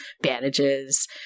bandages